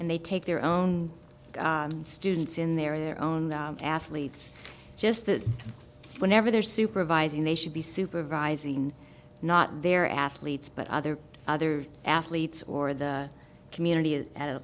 and they take their own students in their own athletes just that whenever they're supervising they should be supervising not their athletes but other other athletes or the community at